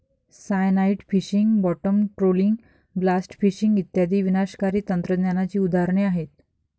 cyanide fishing, bottom trawling, blast fishing इत्यादी विनाशकारी तंत्रज्ञानाची उदाहरणे आहेत